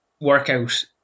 workout